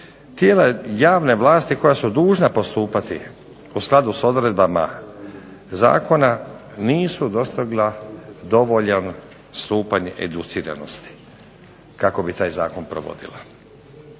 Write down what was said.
Tijela javne vlasti koja su dužna postupati u skladu s odredbama zakona nisu dostigla dovoljan stupanj educiranosti kako bi taj zakon provodila.